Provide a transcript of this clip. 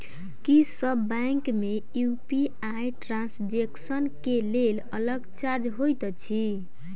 की सब बैंक मे UPI transaction केँ लेल अलग चार्ज होइत अछि?